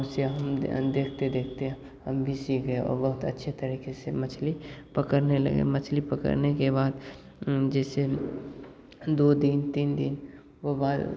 वैसे हम देखते देखते हम भी सीख गए और बहुत अच्छे तरीके से मछली पकड़ने लगे मछली पकड़ने के बाद जैसे दो दिन तीन दिन के बाद